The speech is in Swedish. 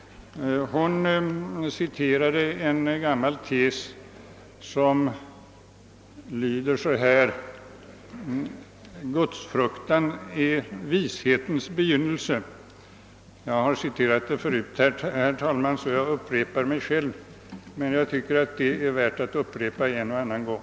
Hon citerade en gammal tes som lyder: »Gudsfruktan är vishetens begynnelse.» Jag har citerat denna tes förut, herr talman, och jag upprepar således mig själv, men jag tycker detta uttryck kan vara värt att höra mer än en gång.